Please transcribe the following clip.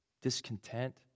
discontent